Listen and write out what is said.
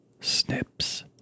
snips